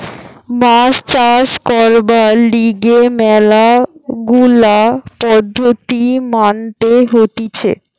মাছ চাষ করবার লিগে ম্যালা গুলা পদ্ধতি মানতে হতিছে